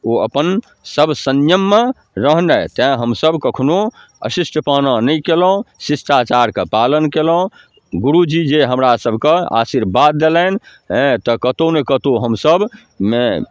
ओ अपन सभ संयममे रहनाइ तेँ हमसभ कखनो अशिष्टपना नहि केलहुँ शिष्टाचारके पालन कएलहुँ गुरुजी जे हमरा आशीर्वाद देलनि हेँ तऽ कतहु ने कतहु हमसभ हेँ